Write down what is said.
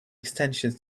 extensions